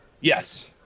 Yes